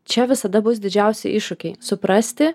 čia visada bus didžiausi iššūkiai suprasti